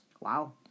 wow